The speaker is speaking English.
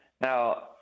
Now